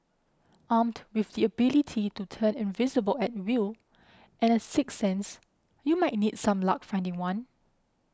armed with the ability to turn invisible at will and a sixth sense you might need some luck finding one